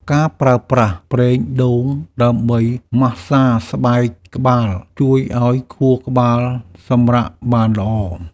ការប្រើប្រាស់ប្រេងដូងដើម្បីម៉ាស្សាស្បែកក្បាល ជួយឱ្យខួរក្បាលសម្រាកបានល្អ។